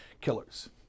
killers